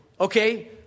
Okay